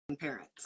parents